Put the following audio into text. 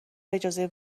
اجازه